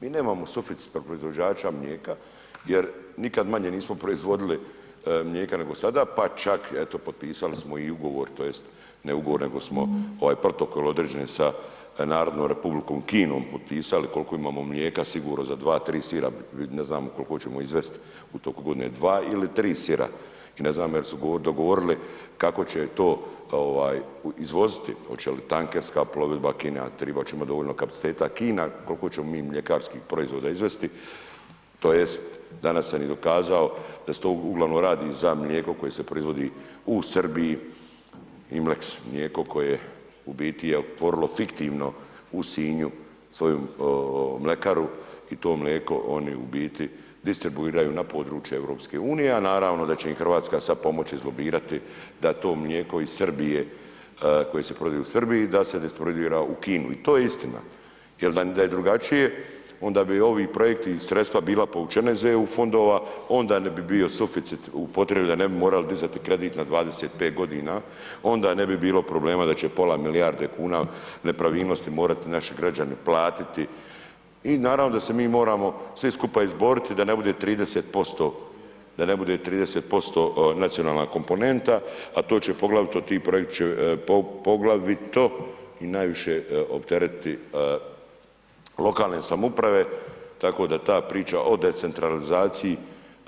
Mi nemamo suficit proizvođača mlijeka jer nikad manje nismo proizvodili mlijeka nego sada pa čak eto potpisali smo i ugovor tj. ne ugovor nego smo ovaj protokol određeni sa Narodnom Republikom Kinom potpisali koliko imamo mlijeka sigurno za 2, 3 sira, ne znamo koliko ćemo izvest u toku godine 2 ili 3 sira i ne znam jel su dogovorili kako će to izvoziti, hoće ti tankerska plovidba Kina, tribat ćemo dovoljno kapaciteta, Kina, koliko ćemo mi mljekarskih proizvoda proizvesti tj. danas sam i dokazao da se to uglavnom radi za mlijeko koje se proizvodi u Srbiji, Imlex, mlijeko koje je u biti je otvorilo fiktivno u Sinju svoju mlekaru i to mleko oni u biti distribuiraju na područje EU, a naravno da će im RH sad pomoći izlobirati da to mlijeko iz Srbije, koje se proizvodi u Srbiji, da se distribuira u Kinu i to je istina, jel da je drugačije onda bi ovi projekti i sredstva bila povučena iz EU fondova, onda ne bi bio suficit u potrebi da ne bi morali dizati kredit na 25.g., onda ne bi bilo problema da će pola milijarde kuna nepravilnosti morati naši građani platiti i naravno da se mi moramo svi skupa izboriti da ne bude 30% nacionalna komponenta, a to će poglavito, ti projekti će poglavito i najviše opteretiti lokalne samouprave, tako da ta priča o decentralizaciji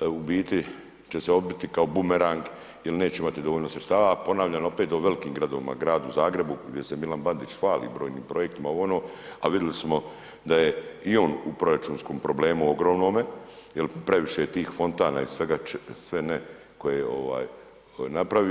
u biti će se odbiti kao bumerang jel neće biti dovoljno sredstava, a ponavljam opet u velikim gradovima, Gradu Zagrebu gdje se Milan Bandić hvali brojnim projektima, ovo, ono, a vidjeli smo da je i on u proračunskome problemu ogromnome jel previše tih fontana i svega sve ne koje je napravio.